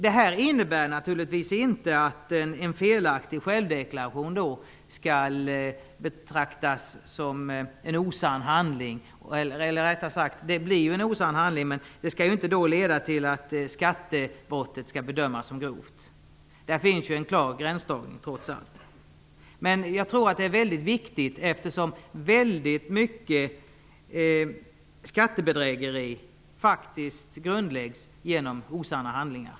Det innebär naturligtvis inte att en felaktig självdeklaration - som ju är en osann handling - skall leda till att skattebrottet skall bedömas som grovt. Där finns det en klar gränsdragning trots allt. Men jag tror att det är väldigt viktigt, eftersom väldigt många skattebedrägerier faktiskt grundläggs genom osanna handlingar.